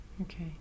Okay